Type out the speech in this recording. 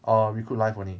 err recruit life only